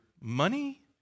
money